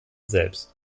selbst